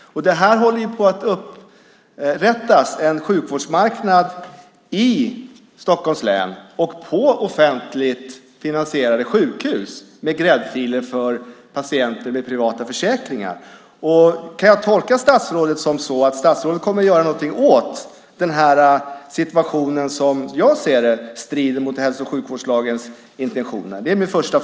Det håller på att upprättas en sjukvårdsmarknad i Stockholms län på offentligt finansierade sjukhus med gräddfiler för patienter med privata försäkringar. Kan jag tolka statsrådet så att statsrådet kommer att göra någonting åt den här situationen? Som jag ser det strider den mot hälso och sjukvårdslagens intentioner. Det är min fråga.